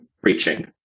preaching